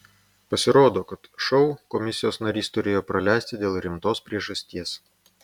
pasirodo kad šou komisijos narys turėjo praleisti dėl rimtos priežasties